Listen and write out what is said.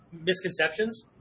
Misconceptions